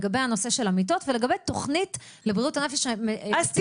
לגבי הנושא של המיטות ולגבי תוכנית לבריאות הנפש --- אז תראי,